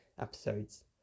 episodes